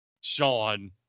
Sean